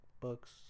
books